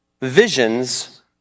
Visions